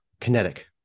kinetic